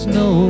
no